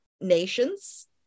nations